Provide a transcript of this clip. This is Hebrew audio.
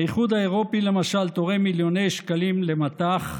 האיחוד האירופי, למשל, תורם מיליוני שקלים למט"ח,